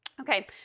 okay